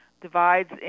divides